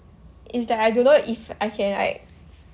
is that I don't know if I can like